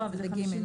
זה ב-ג.